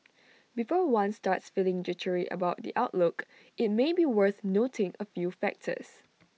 before one starts feeling jittery about the outlook IT may be worth noting A few factors